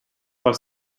for